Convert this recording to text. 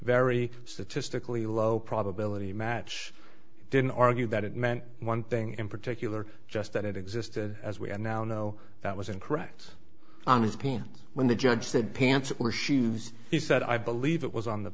very statistically low probability match didn't argue that it meant one thing in particular just that it existed as we i now know that was incorrect when the judge said pants were shoes he said i believe it was on the